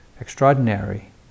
extraordinary